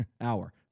hour